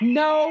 no